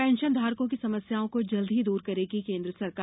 पेंशनधारकों की समस्याओं को जल्दी ही दूर करेगी केन्द्र सरकार